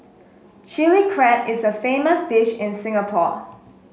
Chilli Crab is a famous dish in Singapore